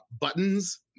buttons